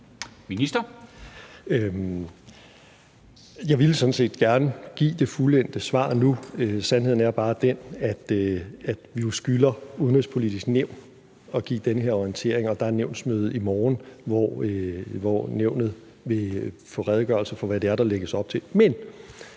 set gerne give det fuldendte svar nu. Sandheden er bare den, at vi jo skylder Det Udenrigspolitiske Nævn at give den her orientering, og der er nævnsmøde i morgen, hvor Nævnet vil få en redegørelse for, hvad det er, der lægges op til.